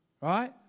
Right